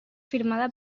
firmada